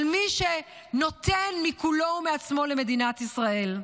על מי שנותן מכולו ומעצמו למדינת ישראל.